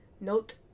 Note